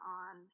on